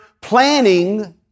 planning